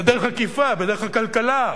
בדרך עקיפה, בדרך עקלקלה,